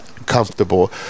Comfortable